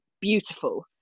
beautiful